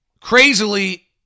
Crazily